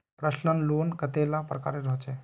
Personal loan कतेला प्रकारेर होचे?